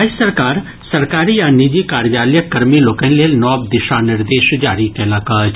राज्य सरकार सरकारी आ निजी कार्यालयक कर्मी लोकनि लेल नव दिशा निर्देश जारी कयलक अछि